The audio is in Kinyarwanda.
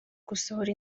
gusohora